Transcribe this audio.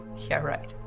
yeah right.